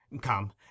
Come